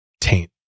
taint